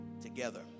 together